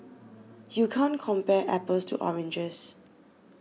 you can't compare apples to oranges